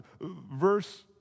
verse